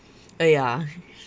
uh ya